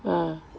ah